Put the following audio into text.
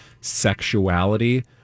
sexuality